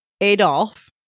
Adolf